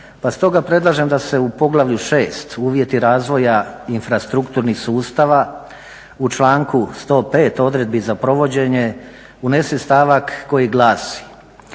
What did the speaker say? pa stoga predlažem da se u poglavlju VI. uvjeti razvoja infrastrukturnih sustava u članku 105. odredbi za provođenje unese stavak koji glasi: